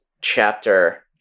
chapter